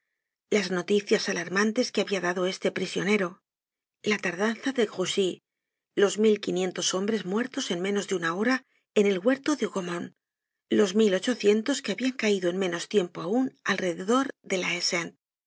las noticias alarmantes que habia dado este prisionero la tardanza de grouchy los mil quinientos hombres muertos en menos de una hora en el huerto de hougomont los mil ochocientos que habian caido en menos tiempo aun alrededor de la